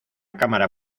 cámara